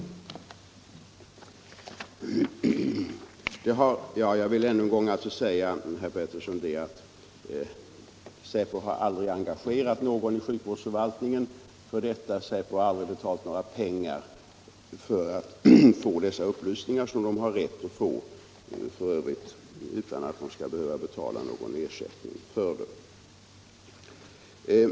Jag vill således ännu en gång säga till herr Pettersson i Västerås att säpo har aldrig engagerat någon i sjukvårdsförvaltningen för detta, och säpo har aldrig betalt några pengar för att få dessa upplysningar, som säkerhetspolisen f.ö. har rätt att få utan att behöva betala någon ersättning.